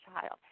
child